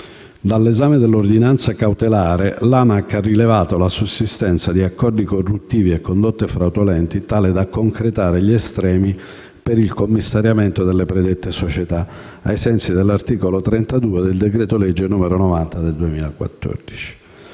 Dall'esame dell'ordinanza cautelare, l'ANAC ha rilevato la sussistenza di accordi corruttivi e condotte fraudolente tali da concretare gli estremi per il commissariamento delle predette società, ai sensi dell'articolo 32 del decreto-legge n. 90 del 2014.